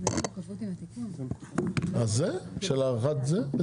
מכיוון שזה משליך מאוד על ההתנהלות של נתג"ז בכל